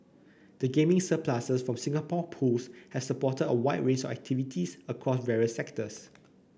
the gaming surpluses from Singapore Pools have supported a wide range of activities across various sectors